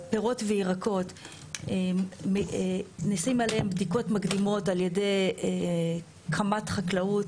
פירות וירקות עושים עליהם בדיקות מקדימות על ידי קמ"ט חקלאות,